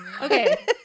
Okay